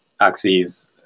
axes